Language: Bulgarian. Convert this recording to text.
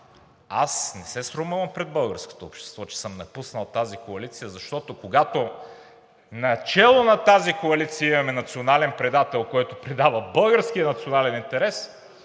аз не се срамувам пред българското общество, че съм напуснал тази коалиция, защото, когато начело на тази коалиция имаме национален предател, който предава българския национален интерес,